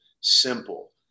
Simple